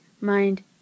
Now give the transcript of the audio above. mind